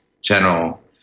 general